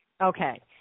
Okay